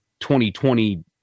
2020